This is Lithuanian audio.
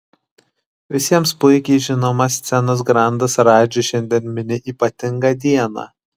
visiems puikiai žinomas scenos grandas radži šiandien mini ypatingą dieną